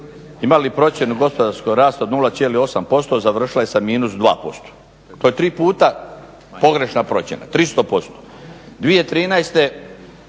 imali procjenu gospodarskog rasta od 0,8%, završila je sa -2%. To je tri puta pogrešna procjena, 300%.